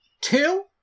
Two